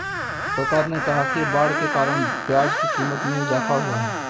सरकार ने कहा कि बाढ़ के कारण प्याज़ की क़ीमत में इजाफ़ा हुआ है